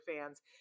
fans